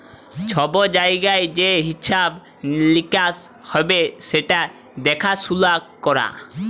ছব জায়গায় যে হিঁসাব লিকাস হ্যবে সেট দ্যাখাসুলা ক্যরা